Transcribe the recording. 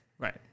Right